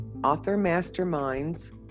authormasterminds